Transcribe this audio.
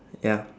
ya